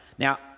Now